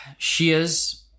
Shias